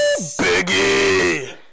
Biggie